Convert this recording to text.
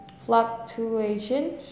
fluctuation